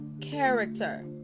character